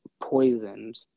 poisoned